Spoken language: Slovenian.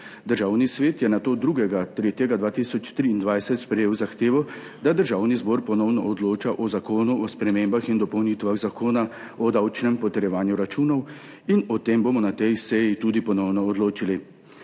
Državni svet je nato 2. 3. 2023 sprejel zahtevo, da Državni zbor ponovno odloča o Zakonu o spremembah in dopolnitvah Zakona o davčnem potrjevanju računov, in o tem bomo na tej seji tudi ponovno odločili.